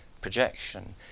projection